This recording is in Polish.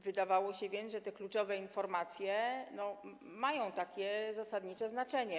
Wydawało się więc, że te kluczowe informacje mają zasadnicze znaczenie.